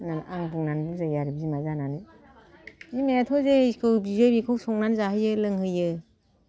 होनानै आं बुंनानै बुजायो आरो बिमा जानानै बिमायाथ' जेखौ बियो बेखौ संनानै जाहोयो लोंहोयो